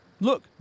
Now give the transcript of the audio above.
Look